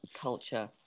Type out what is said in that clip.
culture